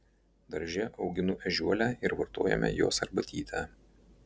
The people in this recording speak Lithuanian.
darže auginu ežiuolę ir vartojame jos arbatytę